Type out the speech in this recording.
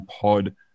pod